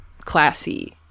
classy